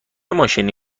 ماشینی